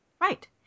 Right